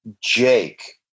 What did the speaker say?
Jake